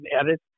edit